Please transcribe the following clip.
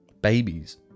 babies